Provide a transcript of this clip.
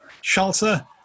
shelter